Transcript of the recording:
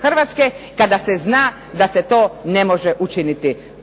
Hrvatske kada se zna da se to ne može učiniti.